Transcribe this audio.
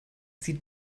sie